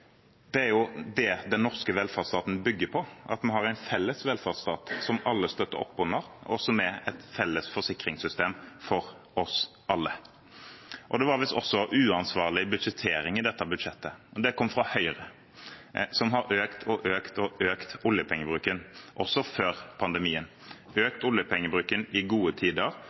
Det er det den norske velferdsstaten bygger på, at vi har en felles velferdsstat som alle støtter opp under, og som er et felles forsikringssystem for oss alle. Det var visst også uansvarlig budsjettering i dette budsjettet – og det kom fra Høyre, som har økt og økt og økt oljepengebruken, også før pandemien, økt oljepengebruken i gode tider